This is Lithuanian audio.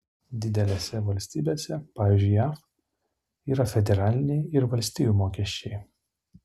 didelėse valstybėse pavyzdžiui jav yra federaliniai ir valstijų mokesčiai